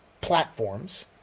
platforms